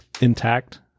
intact